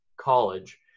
College